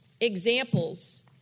examples